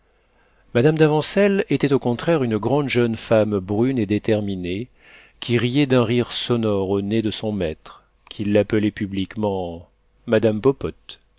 mme d'avancelles était au contraire une grande jeune femme brune et déterminée qui riait d'un rire sonore au nez de son maître qui l'appelait publiquement madame popote